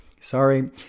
Sorry